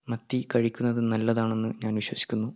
മത്തി കഴിക്കുന്നത് നല്ലതാണെന്ന് ഞാൻ വിശ്വസിക്കുന്നു